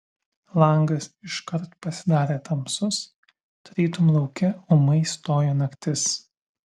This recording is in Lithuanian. langas iškart pasidarė tamsus tarytum lauke ūmai stojo naktis